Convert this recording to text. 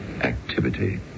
activity